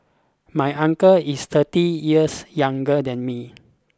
my uncle is thirty years younger than me